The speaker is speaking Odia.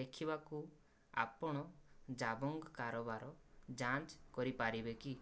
ଦେଖିବାକୁ ଆପଣ ଜାବଙ୍ଗ୍ କାରବାର ଯାଞ୍ଚ କରିପାରିବେ କି